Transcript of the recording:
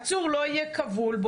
נאמר שעצור לא יהיה כבול.